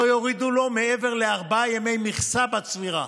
לא יורידו לו מעבר לארבעה ימי מכסה בצבירה,